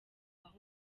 hose